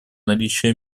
наличие